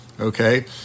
Okay